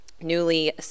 newly